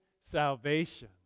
salvation